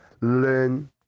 learn